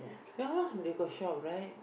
ya lah they got shop right